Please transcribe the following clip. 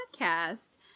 Podcast